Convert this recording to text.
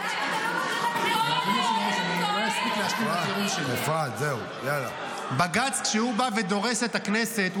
שיושב --- בית המשפט --- בוועדה לבחירת שופטים